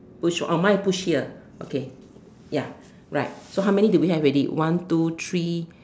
push one oh mine is push here okay ya right so how many do we have already one two three